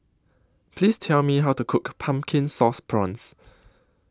Please Tell Me How to Cook Pumpkin Sauce Prawns